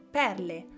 perle